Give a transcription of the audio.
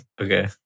Okay